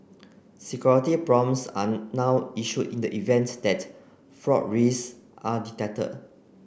security prompts are now issued in the event that fraud risks are detected